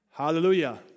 Hallelujah